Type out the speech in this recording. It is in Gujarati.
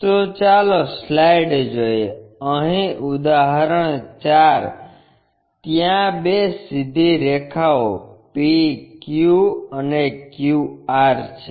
તો ચાલો સ્લાઇડ જોઈએ અહીં ઉદાહરણ 4 ત્યાં બે સીધી રેખાઓ PQ અને QR છે